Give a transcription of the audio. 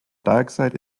dioxide